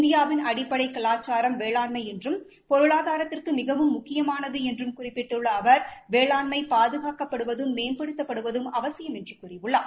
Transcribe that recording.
இந்தியாவின் அடிப்படை கலாச்சாரம் வேளாண்மை என்றும் பொருளாதாரத்திற்கு மிகவும் முக்கியமானது என்றும் குறிப்பிட்டுள்ள அவர் வேளாண்மை பாதுகாக்கப்படுவதும் மேம்படுத்தப்படுவதும் அவசியம் என்று கூறியுள்ளார்